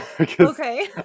Okay